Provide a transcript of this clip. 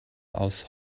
aus